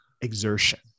exertion